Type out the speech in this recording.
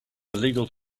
illegal